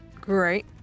Great